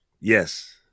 Yes